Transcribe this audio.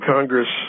Congress